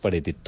ಪಡೆದಿತ್ತು